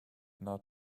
not